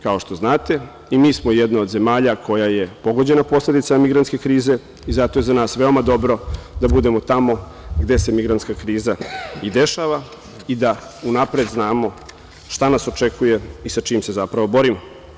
Kao što znate i mi smo jedna od zemalja koja je pogođena posledicama migrantske krize i zato je za nas veoma dobro da budemo tamo gde se migrantska kriza i dešava i da unapred znamo šta nas očekuje i sa čime se zapravo borimo.